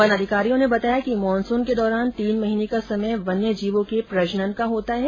one अधिकारियों ने बताया कि मानसून के दौरान तीन महीने का समय वन्य जीवों के प्रजनन का होता है